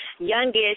Youngest